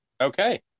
okay